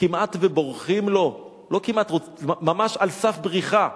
כמעט בורחים לו, לא כמעט, ממש על סף בריחה,